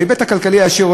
בהיבט הכלכלי הישיר,